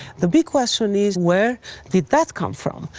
the big question is where did that come from?